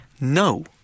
No